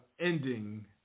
ending